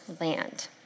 land